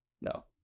No